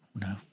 No